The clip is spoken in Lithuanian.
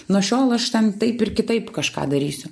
nuo šiol aš tam taip ir kitaip kažką darysiu